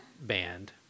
band